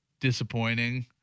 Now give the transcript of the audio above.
disappointing